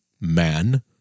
man